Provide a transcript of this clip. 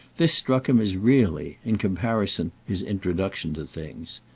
this struck him as really, in comparison his introduction to things.